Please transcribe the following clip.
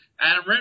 Adam